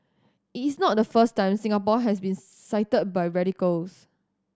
it is not the first time Singapore has been cited by radicals